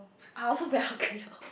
I also very hungry now